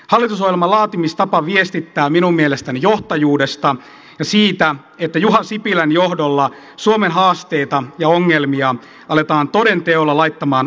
hallitusohjelman laatimistapa viestittää minun mielestäni johtajuudesta ja siitä että juha sipilän johdolla suomen haasteita ja ongelmia aletaan toden teolla laittamaan ojennukseen